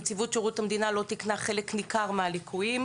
נציבות שירות המדינה לא תיקנה חלק ניכר מהליקויים.